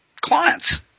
clients